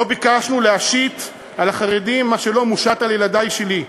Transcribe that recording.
לא ביקשנו להשית על החרדים מה שלא מושת על ילדי שלי,